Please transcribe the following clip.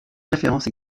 références